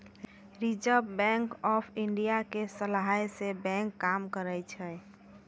reserve bank of India के सलाहे से बैंक काम करै छै